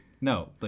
No